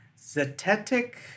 Zetetic